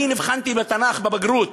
אני נבחנתי בתנ"ך בבגרות,